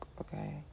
okay